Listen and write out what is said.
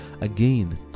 Again